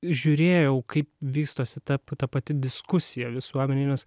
žiūrėjau kaip vystosi tap ta pati diskusija visuomenėj nes